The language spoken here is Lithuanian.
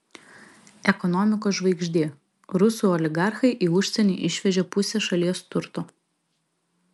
ekonomikos žvaigždė rusų oligarchai į užsienį išvežė pusę šalies turto